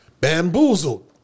bamboozled